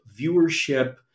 viewership